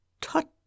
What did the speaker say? Tut